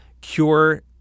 cure